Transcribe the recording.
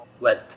wealth